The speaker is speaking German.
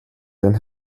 den